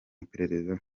iperereza